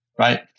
Right